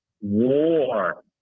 war